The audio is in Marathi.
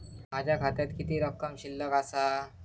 माझ्या खात्यात किती रक्कम शिल्लक आसा?